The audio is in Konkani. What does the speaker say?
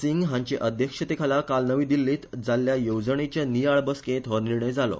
सिंग हांचे अध्यक्षतेखाला काल नवी दिल्लींत जाल्ल्या येवजणेच्या नियाळ बसकेंत हो निर्णय जालो